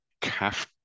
calf